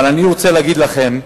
אבל אני רוצה להגיד לכם,